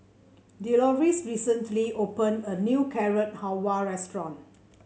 Delois recently opened a new Carrot Halwa Restaurant